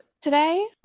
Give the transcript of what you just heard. today